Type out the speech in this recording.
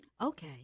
Okay